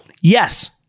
Yes